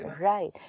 right